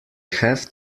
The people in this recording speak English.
have